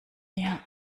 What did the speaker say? mir